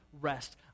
rest